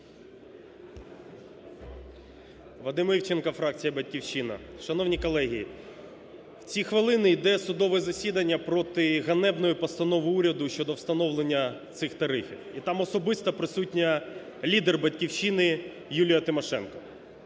Вадим Івченко, фракція "Батьківщина". Шановні колеги! В ці хвилини йде судове засідання проти ганебної постанови уряду щодо встановлення цих тарифів і там особисто присутня лідер "Батьківщини" Юлія Тимошенко.